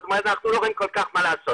זאת אומרת אנחנו לא רואים כל כך מה לעשות.